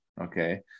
Okay